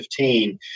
2015